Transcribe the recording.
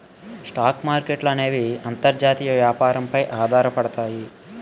stock మార్కెట్ల అనేవి అంతర్జాతీయ వ్యాపారం పై ఆధారపడతాయి